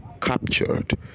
captured